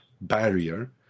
barrier